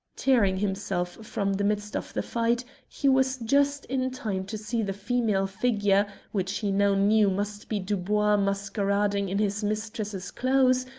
tearing himself from the midst of the fight, he was just in time to see the female figure, which he now knew must be dubois masquerading in his mistress's clothes,